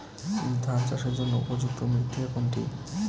ধান চাষের জন্য উপযুক্ত মৃত্তিকা কোনটি?